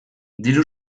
diru